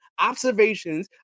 observations